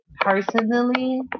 Personally